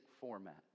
format